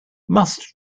must